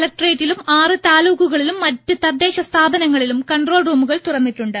കലക്ട്രേറ്റിലും ആറ് താലൂക്കുകളിലും മറ്റ് തദ്ദേശ സ്ഥാപനങ്ങളിലും കൺട്രോൾ റൂമുകൾ തുറന്നിട്ടുണ്ട്